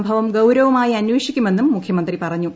സംഭവം ഗൌരവമായി അന്വേഷിക്കുമെന്നും മുഖ്യമന്ത്രി പറഞ്ഞു